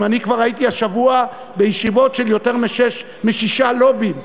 אני כבר הייתי השבוע בישיבות של יותר משישה לובים.